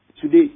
today